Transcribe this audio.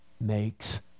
makes